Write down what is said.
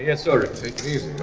and sorry. take